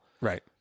Right